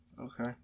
Okay